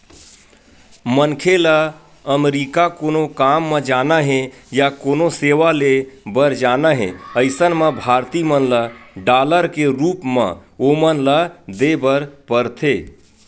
मनखे ल अमरीका कोनो काम म जाना हे या कोनो सेवा ले बर जाना हे अइसन म भारतीय मन ल डॉलर के रुप म ओमन ल देय बर परथे